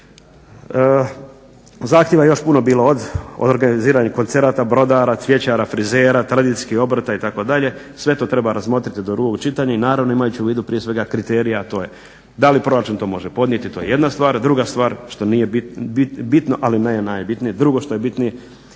Zahtjeva je još puno bilo, od organiziranja koncerata, brodara, cvjećara, frizera, tradicijskih obrta itd. sve to treba razmotriti do drugog čitanja i naravno imajući u vidu prije svega kriterije a to je da li proračun to može podnijeti to je jedna stvar. Druga stvar što nije bitno ali ne i najbitnije, drugo što je bitnije